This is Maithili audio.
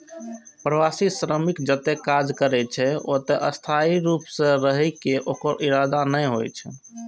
प्रवासी श्रमिक जतय काज करै छै, ओतय स्थायी रूप सं रहै के ओकर इरादा नै होइ छै